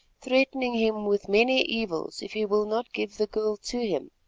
threatening him with many evils if he will not give the girl to him.